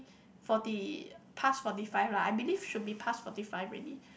forty past forty five lah I believe should be past forty five already